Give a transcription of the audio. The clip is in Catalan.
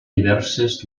diverses